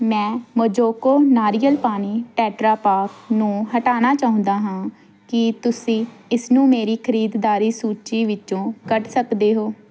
ਮੈਂ ਮੋਜੋਕੋ ਨਾਰੀਅਲ ਪਾਣੀ ਟੈਟਰਾ ਪੈਕ ਨੂੰ ਹਟਾਉਣਾ ਚਾਹੁੰਦਾ ਹਾਂ ਕੀ ਤੁਸੀਂ ਇਸਨੂੰ ਮੇਰੀ ਖਰੀਦਦਾਰੀ ਸੂਚੀ ਵਿੱਚੋਂ ਕੱਢ ਸਕਦੇ ਹੋ